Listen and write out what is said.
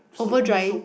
over dry